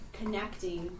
connecting